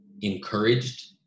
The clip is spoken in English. encouraged